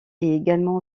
également